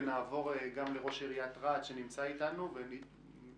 ונעבור גם לראש עיריית רהט שנמצא איתנו ונעשה